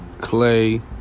clay